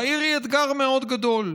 והעיר היא אתגר מאוד גדול,